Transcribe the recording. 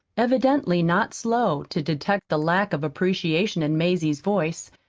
evidently not slow to detect the lack of appreciation in mazie's voice.